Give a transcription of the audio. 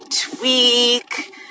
tweak